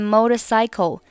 Motorcycle